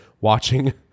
watching